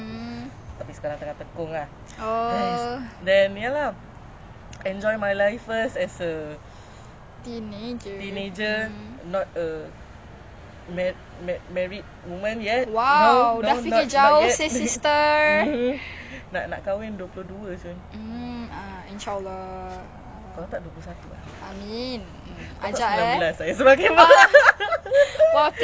mm ah inshallah actually study like last month you know COVID COVID the thirty five guest should have went for it lagi murah really I have like some friends and cousins actually only a friend and two cousins